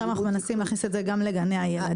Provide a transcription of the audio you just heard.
עכשיו אנחנו מנסים נכניס את זה גם לגני ילדים.